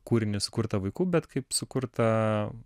kūrinį sukurtą vaikų bet kaip sukurtą